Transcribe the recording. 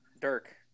Dirk